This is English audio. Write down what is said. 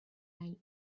night